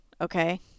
Okay